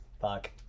Fuck